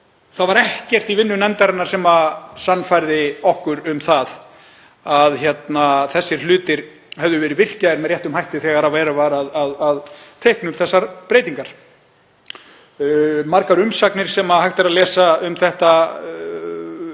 það var ekkert í vinnu nefndarinnar sem sannfærði okkur um að þessir hlutir hefðu verið virkjaðir rétt þegar verið var að teikna upp þessar breytingar. Margar umsagnir sem hægt er að lesa um þetta styðja